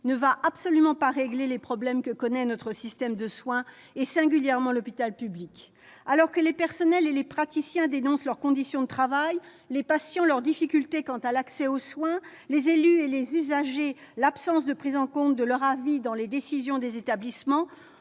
ne va absolument pas régler les problèmes que connaît notre système de soins, singulièrement l'hôpital public. Alors que les personnels et les praticiens dénoncent leurs conditions de travail, les patients leurs difficultés quant à l'accès aux soins, les élus et les usagers l'absence de prise en compte de leurs avis dans les décisions des établissements,